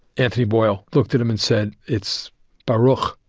anthony boyle looked at him and said, it's baruch.